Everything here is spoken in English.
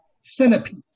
centipede